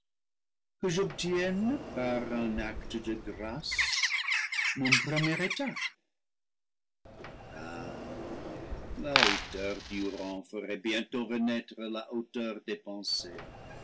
que j'ob tienne par un acte de grâce mon premier état ah la hauteur du rang ferait bientôt renaître la hauteur des pensées